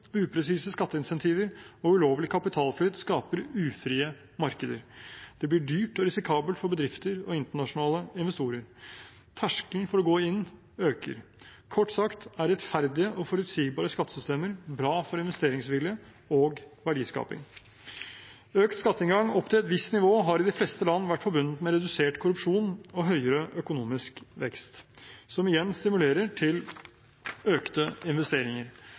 upresise skatteincentiver og ulovlig kapitalflyt skaper ufrie markeder. Det blir dyrt og risikabelt for bedrifter og internasjonale investorer. Terskelen for å gå inn øker. Kort sagt er rettferdige og forutsigbare skattesystemer bra for investeringsvilje og verdiskaping. Økt skatteinngang opp til et visst nivå har i de fleste land vært forbundet med redusert korrupsjon og høyere økonomisk vekst, som igjen stimulerer til økte investeringer.